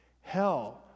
Hell